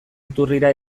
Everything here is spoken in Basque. iturrira